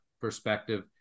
perspective